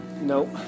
Nope